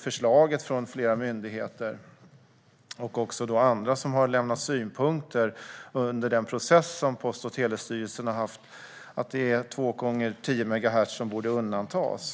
Förslaget från flera myndigheter och andra som har lämnat synpunkter under den process som Post och telestyrelsen har haft är att det är 2x10 megahertz som borde undantas.